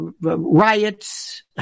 riots